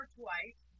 twice